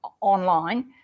online